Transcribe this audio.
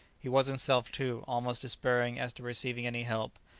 he was himself, too, almost despairing as to receiving any help.